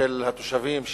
של התושבים,